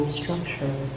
structure